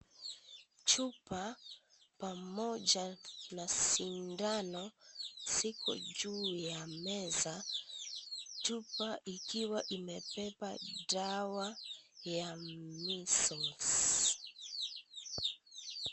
Chupa pamoja na sindano ziko juu ya meza chupa ikiwa imebeba dawa ya measles.